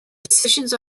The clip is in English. decisions